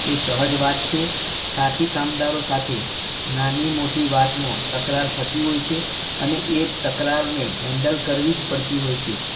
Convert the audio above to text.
એ સહજ વાત છે સાથીકામદારો સાથે નાની મોટી વાતમાં તકરાર થતી હોય છે અને એ તકરારને હેન્ડલ કરવી જ પડતી હોય છે